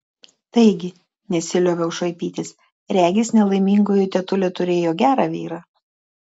taigi nesilioviau šaipytis regis nelaimingoji tetulė turėjo gerą vyrą